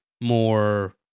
more